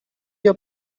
your